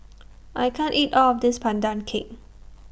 I can't eat All of This Pandan Cake